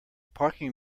parking